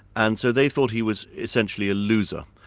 and so they thought he was essentially a loser,